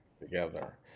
together